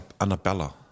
Annabella